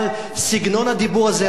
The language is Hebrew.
אבל סגנון הדיבור הזה,